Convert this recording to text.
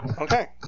Okay